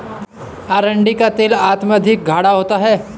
अरंडी का तेल अत्यधिक गाढ़ा होता है